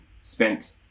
spent